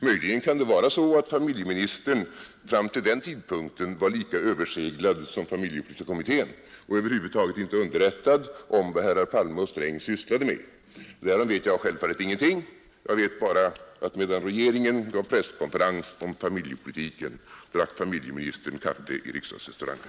Möjligen kan det vara så att familjeministern fram till den tidpunkten varit lika överseglad som familjepolitiska kommittén och över huvud taget inte underrättad om vad herrar Palme och Sträng sysslade med. Därom vet jag självfallet ingenting. Jag vet bara, att medan regeringen gav presskonferens om familjepolitiken, drack familjeministern kaffe i riksdagsrestaurangen.